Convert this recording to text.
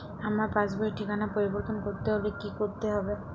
আমার পাসবই র ঠিকানা পরিবর্তন করতে হলে কী করতে হবে?